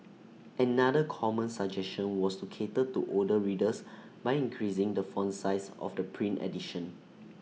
another common suggestion was to cater to older readers by increasing the font size of the print edition